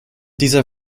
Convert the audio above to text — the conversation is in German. dieser